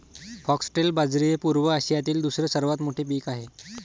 foxtail बाजरी हे पूर्व आशियातील दुसरे सर्वात मोठे पीक आहे